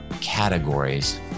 categories